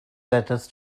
letters